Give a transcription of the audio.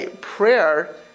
Prayer